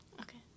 Okay